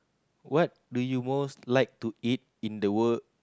what do you most like to eat in the world